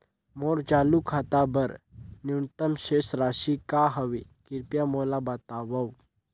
मोर चालू खाता बर न्यूनतम शेष राशि का हवे, कृपया मोला बतावव